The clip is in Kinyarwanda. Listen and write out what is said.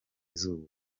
izuba